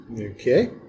Okay